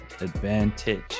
advantage